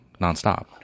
nonstop